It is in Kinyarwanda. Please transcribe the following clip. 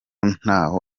ntaho